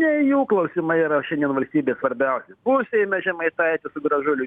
ne jų klausimai yra šiandien valstybė svarbiausi bus seime žemaitaitis su gražuliu